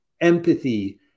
empathy